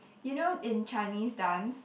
you know in Chinese dance